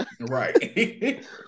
Right